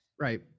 Right